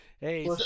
Hey